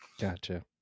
Gotcha